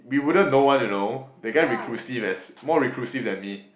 we wouldn't know one you know that guy reclusive as more reclusive than me